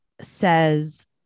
says